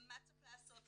מה צריך לעשות,